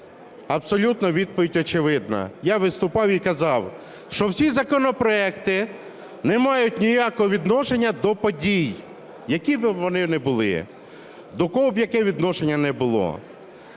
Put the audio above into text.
Абсолютно відповідь очевидна. Я виступав і казав, що всі законопроекти не мають ніякого відношення до подій, які б вони не були, до кого б яке відношення не було.